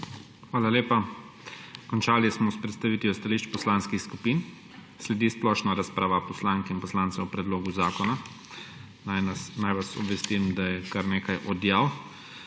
Hvala lepa. Končali smo s predstavitvijo stališč poslanskih skupin. Sledi splošna razprava poslank in poslancev o predlogu zakona. Naj vas obvestim, da je kar nekaj odjav.